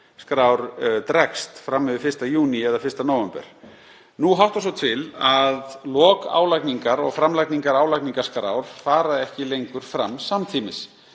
dregst fram yfir 1. júní eða 1. nóvember. Nú háttar svo til að lok álagningar og framlagning álagningarskrár fara ekki lengur fram samtímis